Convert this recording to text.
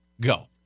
Go